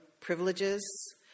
privileges